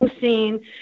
scene